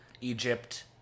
Egypt